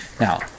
Now